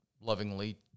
lovingly